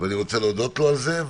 ואני רוצה להודות על זה.